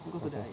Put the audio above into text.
(uh huh)